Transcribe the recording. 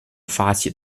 发起